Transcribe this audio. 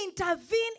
intervene